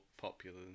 popular